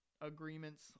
agreements